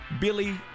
Billy